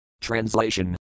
Translation